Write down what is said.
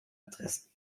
adressen